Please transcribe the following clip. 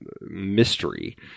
mystery